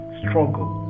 struggle